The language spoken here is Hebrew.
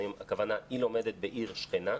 היא לומדת בעיר שכנה,